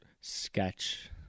sketch